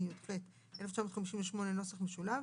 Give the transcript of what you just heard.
התשי"ח-1958 (נוסח משולב),